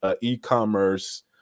e-commerce